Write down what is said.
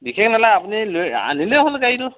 বিশেষ নালাগে আপুনি লৈ আনিলে হ'ল গাড়ীটো